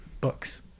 books